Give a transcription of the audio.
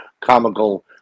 comical